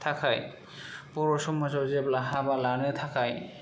थाखाय बर' समाजाव जेब्ला हाबा लानो थाखाय